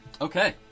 Okay